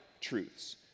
truths